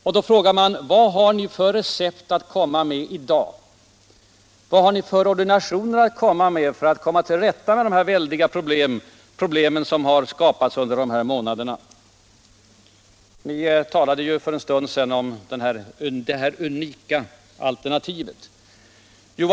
Nu frågar vi: Vad har ni för recept att komma med i dag? Vad har ni för ordinationer för att komma till rätta med de väldiga problem som enligt ert förmenande har skapats under de fyra senaste månaderna? Ni talade för en stund sedan om det ”unika alternativet”.